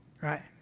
right